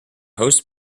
host